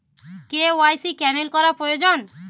KYC cancel করা প্রয়োজন?